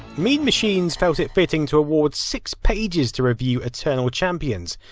mean machines felt it fitting to award six pages to review eternal champions,